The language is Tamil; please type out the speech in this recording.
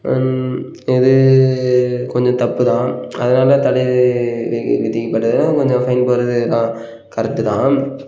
இது கொஞ்சம் தப்பு தான் அதனால் தடை வி விதிக்கப்பட்டதுனால் கொஞ்சம் ஃபைன் போடுறது எல்லாம் கரெக்ட்டு தான்